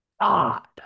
God